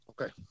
Okay